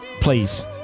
please